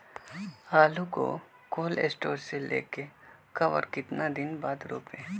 आलु को cold store से ले के कब और कितना दिन बाद रोपे?